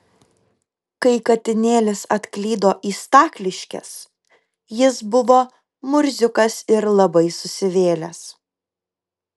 kai katinėlis atklydo į stakliškes jis buvo murziukas ir labai susivėlęs